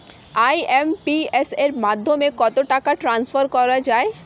IMPS এর মাধ্যমে কত টাকা ট্রান্সফার করা যায়?